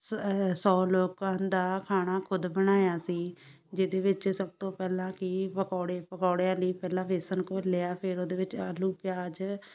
ਸ ਸੌ ਲੋਕਾਂ ਦਾ ਖਾਣਾ ਖੁਦ ਬਣਾਇਆ ਸੀ ਜਿਹਦੇ ਵਿੱਚ ਸਭ ਤੋਂ ਪਹਿਲਾਂ ਕਿ ਪਕੌੜੇ ਪਕੌੜਿਆਂ ਲਈ ਪਹਿਲਾਂ ਵੇਸਣ ਘੋਲਿਆ ਫਿਰ ਉਹਦੇ ਵਿੱਚ ਆਲੂ ਪਿਆਜ਼